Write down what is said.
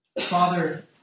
Father